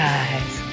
Guys